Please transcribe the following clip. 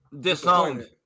Disowned